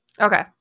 Okay